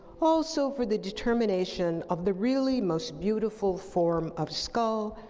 also for the determination of the really most beautiful form of skull,